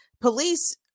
Police